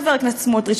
חבר הכנסת סמוטריץ,